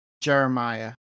Jeremiah